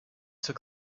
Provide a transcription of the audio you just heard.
took